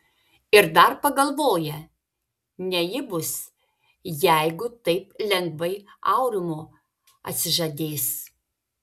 ir dar pagalvoja ne ji bus jeigu taip lengvai aurimo atsižadės